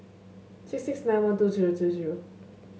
six six nine one two zero two zero